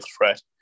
threat